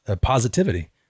positivity